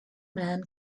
man